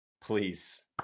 please